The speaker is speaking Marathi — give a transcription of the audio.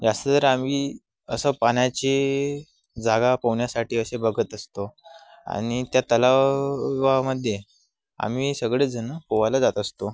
जास्त तर आम्ही असं पाण्याची जागा पोहण्यासाठी असे बघत असतो आणि त्या तलावामध्ये आम्ही सगळेच जण पोहायला जात असतो